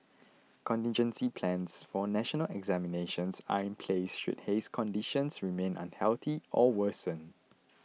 contingency plans for national examinations are in place should haze conditions remain unhealthy or worsen